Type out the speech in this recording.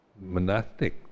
monastic